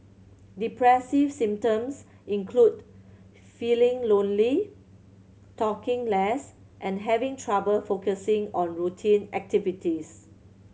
depressive symptoms include feeling lonely talking less and having trouble focusing on routine activities